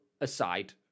aside